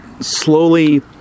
slowly